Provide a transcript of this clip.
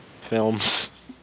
films